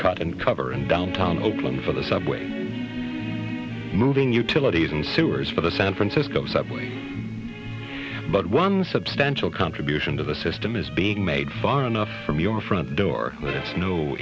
cut and cover in downtown oakland for the subways moving utilities and sewers for the san francisco subway but one substantial contribution to the system is being made far enough from your front door